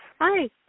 hi